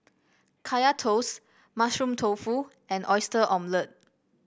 Kaya Toast Mushroom Tofu and Oyster Omelette